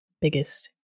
biggest